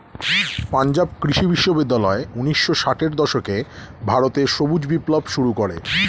পাঞ্জাব কৃষি বিশ্ববিদ্যালয় ঊন্নিশো ষাটের দশকে ভারতে সবুজ বিপ্লব শুরু করে